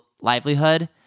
livelihood